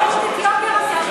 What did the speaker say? להוריד את יוקר המחיה.